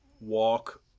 walk